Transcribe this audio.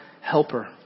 helper